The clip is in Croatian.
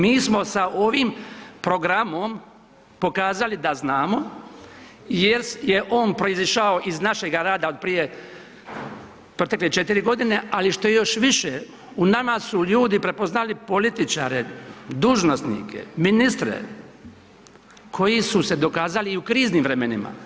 Mi smo sa ovim programom pokazali da znamo jer je on proizišao iz našega rada od prije protekle četiri godine, ali što je još više u nama su ljudi prepoznali političare, dužnosnike, ministre koji su se dokazali i u kriznim vremenima.